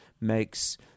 makes